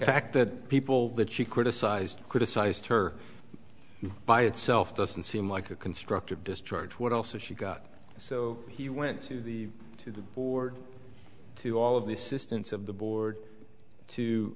fact that people that she criticized criticized her by itself doesn't seem like a constructive discharge what else is she got so he went to the board to all of the assistance of the board to